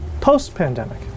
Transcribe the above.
post-pandemic